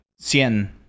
Cien